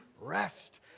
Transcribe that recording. rest